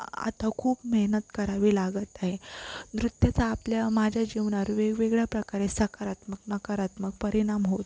आता खूप मेहनत करावी लागत आहे नृत्याचा आपल्या माझ्या जीवनावर वेगवेगळ्या प्रकारे सकारात्मक नकारात्मक परिणाम होतो